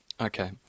Okay